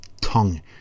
tongue